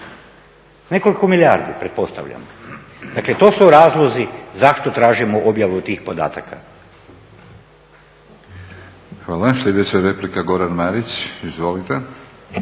Nekoliko milijardi pretpostavljam. Dakle, to su razlozi zašto tražimo objavu tih podataka. **Batinić, Milorad (HNS)** Hvala. Sljedeća je replika Goran Marić. Izvolite.